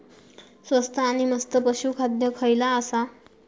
स्वस्त आणि मस्त पशू खाद्य खयला आसा?